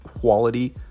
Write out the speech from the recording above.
quality